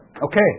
Okay